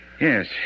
Yes